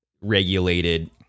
regulated